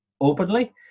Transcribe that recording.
openly